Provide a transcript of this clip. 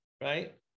right